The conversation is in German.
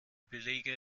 belege